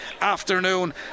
afternoon